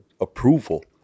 approval